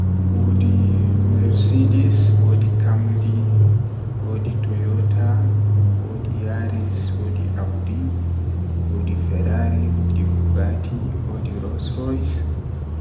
Windooji haa babal kugal am guda didi.